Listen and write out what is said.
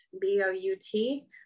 B-O-U-T